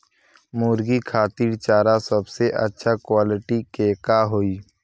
मुर्गी खातिर चारा सबसे अच्छा क्वालिटी के का होई?